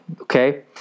okay